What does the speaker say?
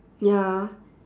ya